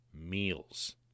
meals